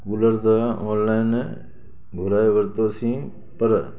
cooler त online घुराए वरितोसीं पर